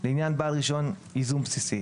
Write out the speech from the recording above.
לפי העניין: לעניין בעל רישיון ייזום בסיסי,